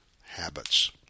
habits